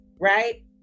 right